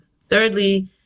Thirdly